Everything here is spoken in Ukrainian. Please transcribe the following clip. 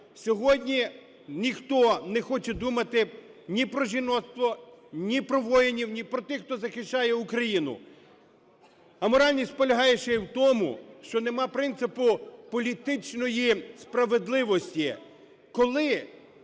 Сьогодні ніхто не хоче думати ні про жіноцтво, ні про воїнів, ні про тих, хто захищає Україну. Аморальність полягає ще і в тому, що нема принципу політичної справедливості.